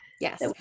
Yes